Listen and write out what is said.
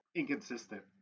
inconsistent